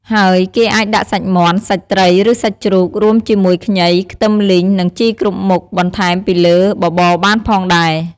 ហើយគេអាចដាក់សាច់មាន់ សាច់ត្រីឬសាច់ជ្រូក រួមជាមួយខ្ញី ខ្ទឹមលីង និងជីគ្រប់មុខបន្ថែមពីលើបបរបានផងដែរ។